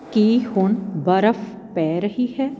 ਕੀ ਹੁਣ ਬਰਫ਼ ਪੈ ਰਹੀ ਹੈ